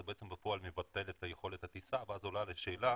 זה בפועל מבטל את יכולת הטיסה ואז עולה השאלה